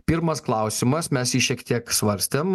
pirmas klausimas mes jį šiek tiek svarstėm